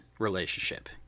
relationship